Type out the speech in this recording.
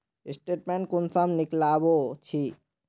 Statement कुंसम निकलाबो छी?